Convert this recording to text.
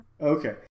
Okay